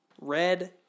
red